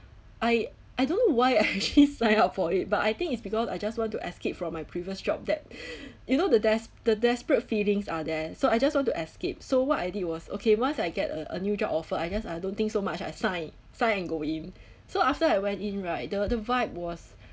I I don't know why I actually sign up for it but I think it's because I just want to escape from my previous job that you know the des~ the desperate feelings are there so I just want to escape so what I did was okay once I get a a new job offer I guess I don't think so much I sign sign and go in so after I went in right the the vibe was